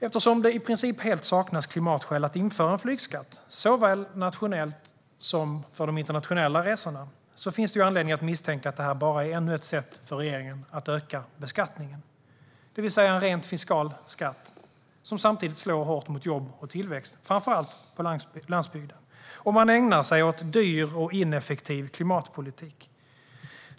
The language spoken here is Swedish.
Eftersom det i princip helt saknas klimatskäl att införa flygskatt såväl nationellt som internationellt finns anledning att misstänka att det här är ännu ett sätt för regeringen att öka beskattningen, det vill säga en rent fiskal skatt som samtidigt slår hårt mot jobb och tillväxt framför allt på landsbygden. Man ägnar sig åt dyr och ineffektiv klimatpolitik.